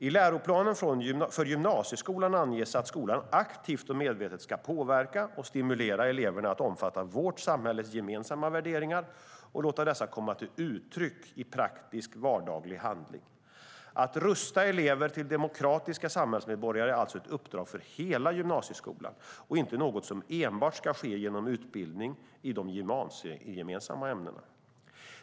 I läroplanen för gymnasieskolan anges att skolan aktivt och medvetet ska påverka och stimulera eleverna att omfatta vårt samhälles gemensamma värderingar och låta dessa komma till uttryck i praktisk vardaglig handling. Att rusta elever till demokratiska samhällsmedborgare är alltså ett uppdrag för hela gymnasieskolan och inte något som enbart ska ske genom utbildning i de gymnasiegemensamma ämnena.